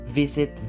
visit